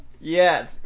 Yes